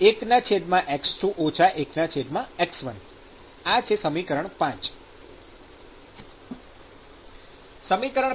qxkπa21x2 1x1 ૫ સમીકરણ